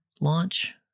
launch